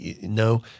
No